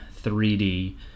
3D